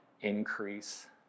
increase